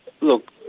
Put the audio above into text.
look